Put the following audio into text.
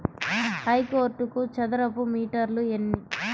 హెక్టారుకు చదరపు మీటర్లు ఎన్ని?